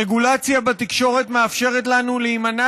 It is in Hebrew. רגולציה בתקשורת מאפשרת לנו להימנע